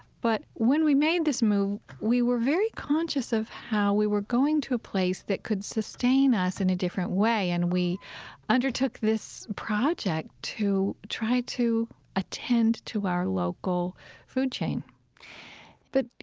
but when we made this move, we were very conscious of how we were going to a place that could sustain us in a different way. and we undertook this project to try to attend to our local food chain but,